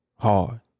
Hard